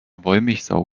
wollmilchsau